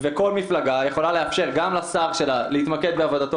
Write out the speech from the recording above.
וכל מפלגה יכולה לאפשר גם לשר שלה להתמקד בעבודתו